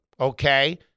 okay